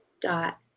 dot